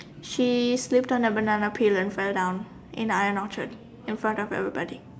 she slipped on a banana peel and fell down in Ion Orchard in front of everybody